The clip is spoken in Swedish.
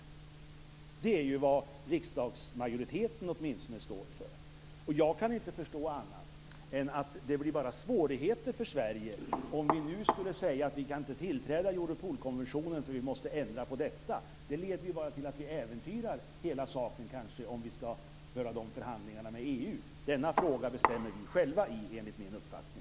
Det är vad riksdagsmajoriteten åtminstone står för. Jag kan inte förstå annat än att det bara blir svårigheter för Sverige om vi nu säger att vi inte kan tillträda Europolkonventionen för vi måste ändra på detta. Det leder bara till att vi äventyrar hela saken om vi skall föra de förhandlingarna med EU. Denna fråga bestämmer vi själva enligt min uppfattning.